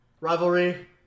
rivalry